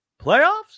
playoffs